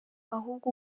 ahubwo